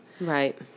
Right